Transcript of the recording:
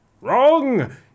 wrong